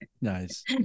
Nice